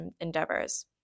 endeavors